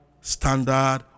standard